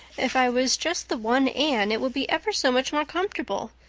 if i was just the one anne it would be ever so much more comfortable,